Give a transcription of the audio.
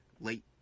late